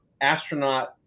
astronaut